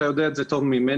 אתה יודע את זה טוב ממני.